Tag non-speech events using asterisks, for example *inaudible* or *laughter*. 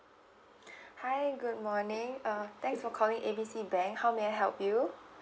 *breath* hi good morning uh thanks for calling A B C bank how may I help you